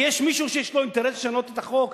כי יש מישהו שיש לו אינטרס לשנות את החוק,